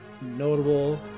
notable